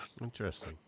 Interesting